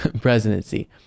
presidency